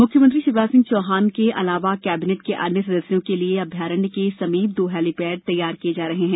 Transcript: मुख्यमंत्री शिवराज सिंह चौहान के अलावा कैबिनेट के अन्य सदस्यों के लिए अभ्यारण्य के समीप दो हेलिपेड ॅतैयार किये जा रहे हैं